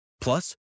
Plus